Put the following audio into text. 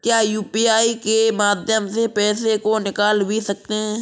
क्या यू.पी.आई के माध्यम से पैसे को निकाल भी सकते हैं?